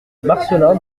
marcelin